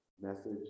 message